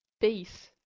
base